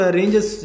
ranges